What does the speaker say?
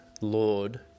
Lord